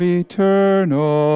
eternal